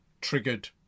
triggered